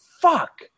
Fuck